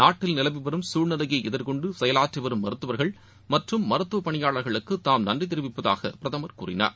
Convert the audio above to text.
நாட்டில் நிலவி வரும் சூழ்நிலை எதிர்கொண்டு செயலாற்றி வரும் மருத்துவர்கள் மற்றும் மருத்துவ பணியாளர்களுக்கு தாம் நன்றி தெரிவிப்பதாக கூறினார்